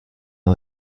ein